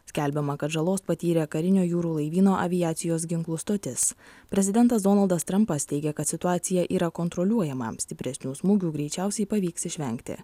skelbiama kad žalos patyrė karinio jūrų laivyno aviacijos ginklų stotis prezidentas donaldas trampas teigia kad situacija yra kontroliuojama stipresnių smūgių greičiausiai pavyks išvengti